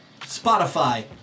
Spotify